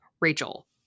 Rachel